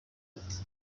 ati